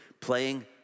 playing